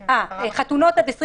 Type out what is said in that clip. שזה אירוע